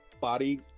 body